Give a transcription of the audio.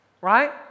right